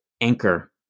anchor